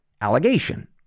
allegation